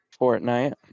Fortnite